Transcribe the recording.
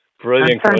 Brilliant